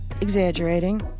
exaggerating